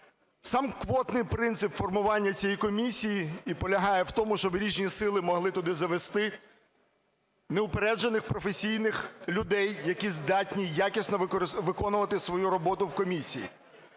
Сам квотний принцип формування цієї комісії і полягає в тому, щоб різні сили могли туди завести неупереджених професійних людей, які здатні якісно виконувати свою роботу в комісії.